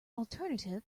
alternative